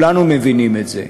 וכולנו מבינים את זה,